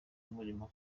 w’umurimo